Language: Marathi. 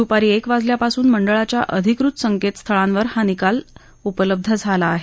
द्पारी एक वाजल्यापासून मंडळाच्या अधिकृत संकेतस्थळांवर हा सर्व निकाल उपलब्ध झाला आहे